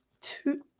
two